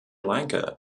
lanka